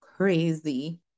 crazy